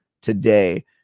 today